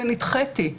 ונדחיתי.